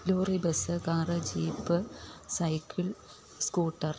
lorry bus car jeep cycle scooter